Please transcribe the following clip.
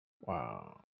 Wow